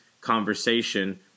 conversation